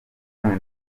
none